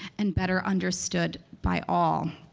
and better understood by all.